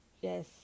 yes